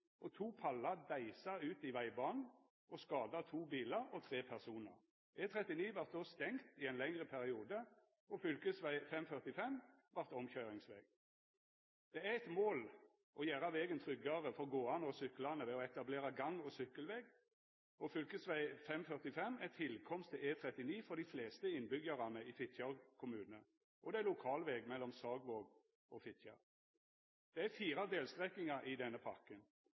og to pallar deisa ut i vegbanen og skada to bilar og tre personar. E39 vart då stengt i ein lengre periode, og fv. 545 vart omkøyringsveg. Det er eit mål å gjera vegen tryggare for gåande og syklande ved å etablera gang- og sykkelveg. Fv. 545 er tilkomst til E39 for dei fleste innbyggjarane i Fitjar kommune, og det er lokalveg mellom Sagvåg og Fitjar. Det er fire delstrekningar i denne